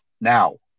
now